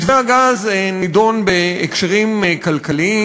מתווה הגז נדון בהקשרים כלכליים,